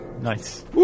Nice